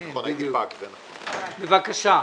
בבקשה.